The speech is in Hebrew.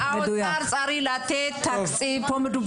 האוצר צריך לתת תקציבים.